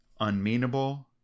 unmeanable